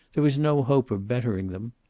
there was no hope of bettering them.